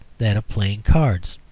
that of playing cards,